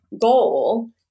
Goal